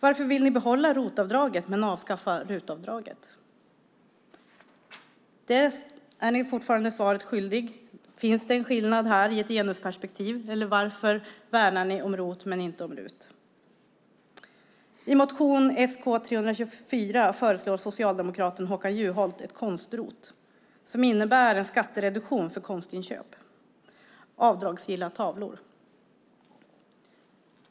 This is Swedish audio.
Varför vill ni behålla ROT-avdraget men avskaffa RUT-avdraget? Det här är ni fortfarande svaret skyldiga på. Finns det en skillnad här i ett genusperspektiv? Varför värnar ni om ROT men inte om RUT? I motion Sk324 föreslår socialdemokraten Håkan Juholt ett "konst-ROT", som innebär en skattereduktion för konstinköp - avdragsgilla tavlor.